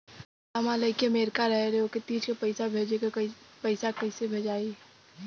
साहब हमार लईकी अमेरिका रहेले ओके तीज क पैसा भेजे के ह पैसा कईसे जाई?